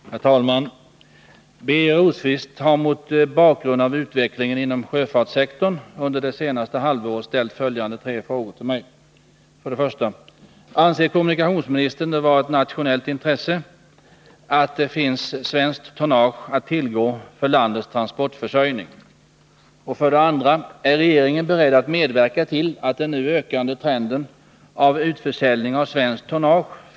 Herr talman! Birger Rosqvist har mot bakgrund av utvecklingen inom sjöfartssektorn under det senaste halvåret ställt följande tre frågor till mig. 1. Anser kommunikationsministern det vara ett nationellt intresse att det finns svenskt tonnage att tillgå för landets transportförsörjning? 2. Är regeringen beredd att medverka till att den nu ökande trenden av 3.